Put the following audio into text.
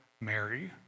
Mary